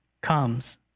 comes